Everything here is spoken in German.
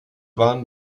waren